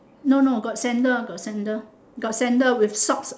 no no got sandal got sandal got sandal with socks